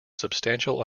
substantial